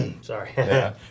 Sorry